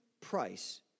price